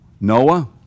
Noah